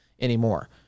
anymore